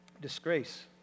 disgrace